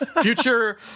future